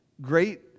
great